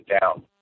down